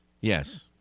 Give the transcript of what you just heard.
yes